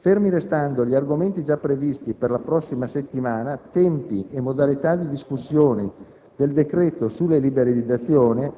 Fermi restando gli argomenti già previsti per la prossima settimana, tempi e modalità di discussione del decreto-legge sulle liberalizzazioni